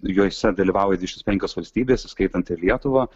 juose dalyvauja penkios valstybės įskaitant ir lietuvą